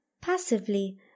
passively